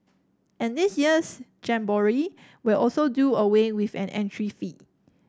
and this year's jamboree will also do away with an entry fee